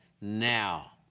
now